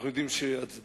אנחנו יודעים שהצבעה